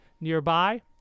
nearby